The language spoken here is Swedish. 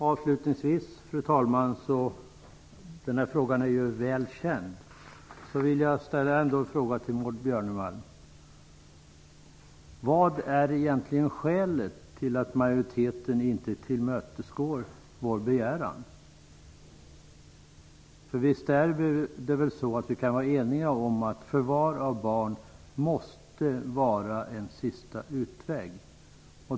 Avslutningsvis vill jag ställa en fråga som är väl känd till Maud Björnemalm: Vad är egentligen skälet till att majoriteten inte tillmötesgår vår begäran? Vi är eniga om att förvar av barn måste vara en sista utväg.